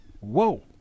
Whoa